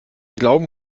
glauben